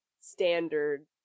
standard